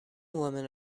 women